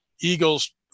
Eagle's